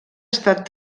estat